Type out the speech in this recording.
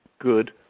good